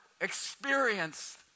experience